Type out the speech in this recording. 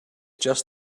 just